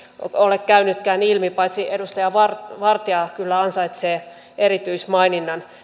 ole käynytkään ilmi paitsi edustaja vartia vartia kyllä ansaitsee erityismaininnan